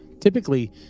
Typically